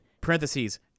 Parentheses